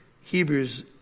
Hebrews